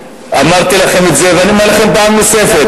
אמרתי לכם את זה ואני אומר פעם נוספת,